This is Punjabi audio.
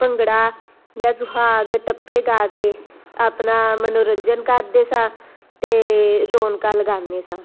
ਭੰਗੜਾ ਜਾਂ ਸੁਹਾਗ ਟੱਪੇ ਗਾ ਕੇ ਆਪਣਾ ਮਨੋਰੰਜਨ ਕਰਦੇ ਸਾਂ ਅਤੇ ਰੋਣਕਾਂ ਲਗਾਉਂਦੇ ਸਾਂ